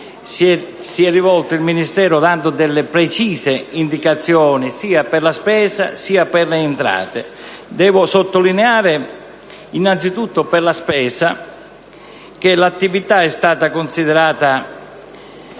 si è rivolto alle amministrazioni fornendo precise indicazioni, sia per la spesa sia per le entrate. Devo sottolineare, innanzitutto, per la spesa, che l'attività è stata considerata